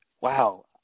wow